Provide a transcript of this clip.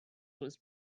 was